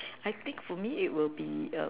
I think for me it will be err